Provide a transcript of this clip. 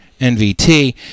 nvt